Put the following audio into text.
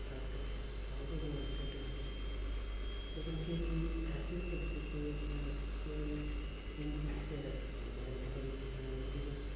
घर ते खैर सारे गै बोलदे डोगरी लेकिन केह् ऐ कि केईं ऐसे बी करदे कि अपने बच्चें ई हिंदी च गै गल्लां करिये ते उ'नें ई हिंदी गै सखांदे